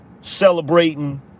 celebrating